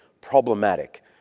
problematic